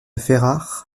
ferrare